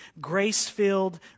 grace-filled